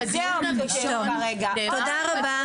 תודה רבה,